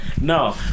no